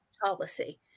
policy